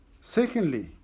Secondly